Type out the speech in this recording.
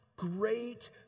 Great